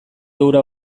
hura